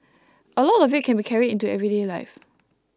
a lot of it can be carried into everyday life